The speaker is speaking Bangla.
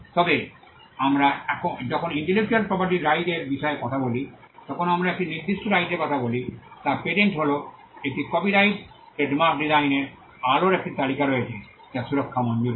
তবে আমরা যখন ইন্টেলেকচুয়াল প্রপার্টির রাইটের বিষয়ে কথা বলি তখন আমরা একটি নির্দিষ্ট রাইটের কথা বলি তা পেটেন্ট হল এটি কপিরাইট ট্রেডমার্ক ডিজাইনের আলোর একটি তালিকা রয়েছে যা সুরক্ষা মঞ্জুর করে